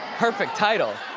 perfect title.